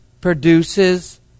produces